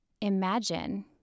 imagine